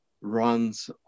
runs